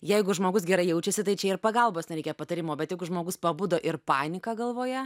jeigu žmogus gerai jaučiasi tai čia ir pagalbos nereikia patarimo bet jeigu žmogus pabudo ir panika galvoje